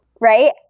Right